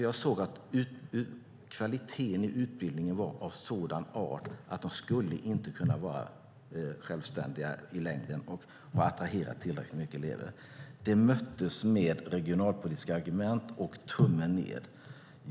Jag såg att kvaliteten i utbildningen var av sådan art att högskolan inte skulle kunna vara självständig i längden och attrahera tillräckligt många elever. Det möttes med regionalpolitiska argument och tummen ned.